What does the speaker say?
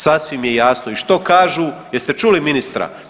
Sasvim je jasno i što kažu jeste čuli ministra?